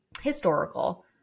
Historical